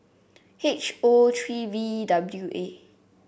H O three V W A